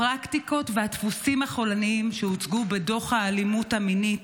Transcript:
הפרקטיקות והדפוסים החולניים שהוצגו בדוח האלימות המינית